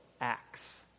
acts